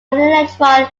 electron